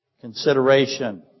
consideration